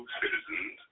citizens